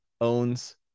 owns